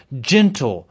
gentle